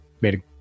made